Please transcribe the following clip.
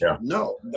no